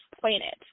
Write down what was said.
planet